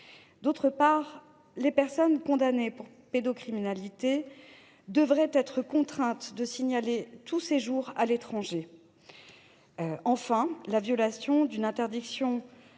ailleurs, les personnes condamnées pour pédocriminalité devraient être contraintes de signaler tout séjour à l’étranger. Enfin, la violation d’une interdiction